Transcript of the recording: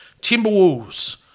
Timberwolves